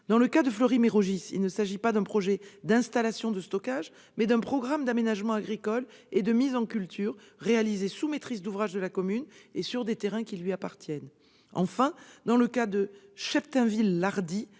Dans le cas de Fleury-Mérogis, il s'agit non pas d'un projet d'installation de stockage, mais d'un programme d'aménagement agricole et de mise en culture réalisé sous maîtrise d'ouvrage de la commune et sur des terrains lui appartenant. Enfin, dans le cas de Cheptainville-Lardy,